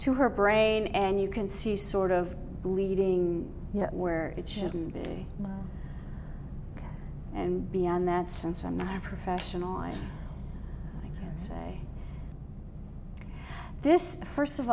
to her brain and you can see sort of bleeding where it shouldn't be and beyond that since i'm not a professional i say this first of